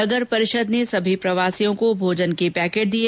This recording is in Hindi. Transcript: नगर परिषद ने सभी प्रवासियों को भोजन के पैकेट दिए